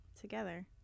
together